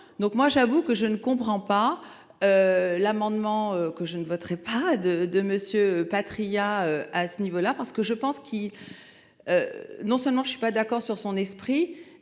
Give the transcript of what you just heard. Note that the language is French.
Donc moi j'avoue que je ne comprends pas. L'amendement que je ne voterai pas de de Monsieur Patriat à ce niveau-là parce que je pense qu'il. Non seulement je je suis pas d'accord sur son esprit